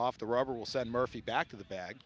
off the rubber will send murphy back to the bag